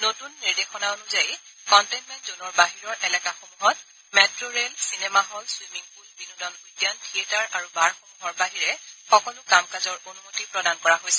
নতুন নিৰ্দেশনা অনুযায়ী কণ্টেইনমেণ্ট জনৰ বাহিৰৰ এলেকাসমূহত metro rail cinema hall swimming pool বিনোদন উদ্যান থিয়েটাৰ আৰু বাৰসমূহৰ বাহিৰে সকলো কাম কাজৰ অনুমতি প্ৰদান কৰা হৈছে